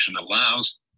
allows